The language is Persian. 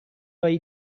هایی